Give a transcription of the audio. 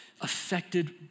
affected